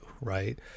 Right